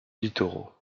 littoraux